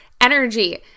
energy